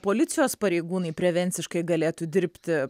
policijos pareigūnai prevenciškai galėtų dirbti